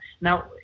Now